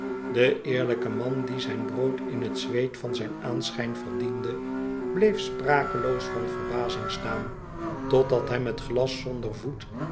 de eerlijke man die zijn brood in het zweet van zijn aanschijn verdiende bleef sprakeloos van verbazing staan totdat hem het glas zonder voet